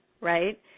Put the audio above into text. right